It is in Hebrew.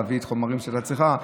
להביא את החומרים שהייתה צריכה.